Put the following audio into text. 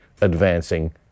advancing